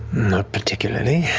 not particularly.